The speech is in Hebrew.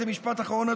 זה משפט אחרון,